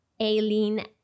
aileen